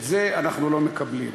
את זה אנחנו לא מקבלים.